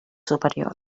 superior